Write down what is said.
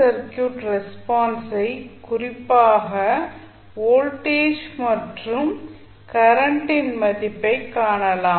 circuit ரெஸ்பான்ஸை குறிப்பாக voltage மற்றும் கரண்டின் மதிப்பைக் காணலாம்